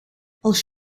als